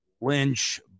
Lynch